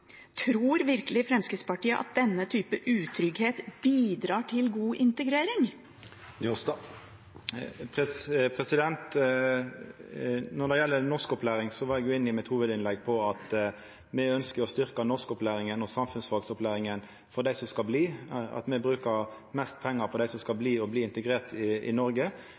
at denne type utrygghet bidrar til god integrering? Når det gjeld norskopplæring, var eg i mitt hovudinnlegg inne på at me ønskjer å styrkja norskopplæring og samfunnsfagopplæring for dei som skal bli, at me brukar mest pengar på dei som skal bli, og skal bli integrerte, i Noreg.